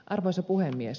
arvoisa puhemies